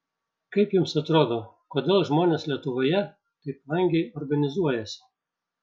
kaip jums atrodo kodėl žmonės lietuvoje taip vangiai organizuojasi